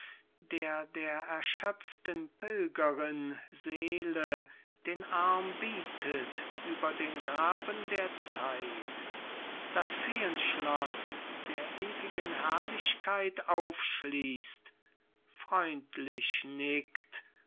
der der erschöpften pilgerin seele den arm bietet über den graben der zeit das feenschloß der ewigen herrlichkeit aufschließt freundlich nickt